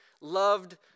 loved